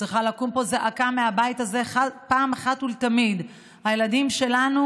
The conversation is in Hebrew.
צריכה לקום פה זעקה מהבית הזה פעם אחת ולתמיד: הילדים שלנו